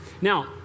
Now